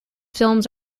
films